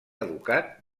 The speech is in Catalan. educat